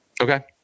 Okay